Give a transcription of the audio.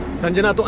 sanjana!